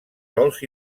sòls